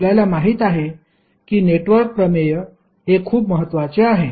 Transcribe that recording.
आपल्याला माहित आहे की नेटवर्क प्रमेय हे खूप महत्वाचे आहे